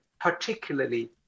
particularly